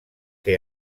que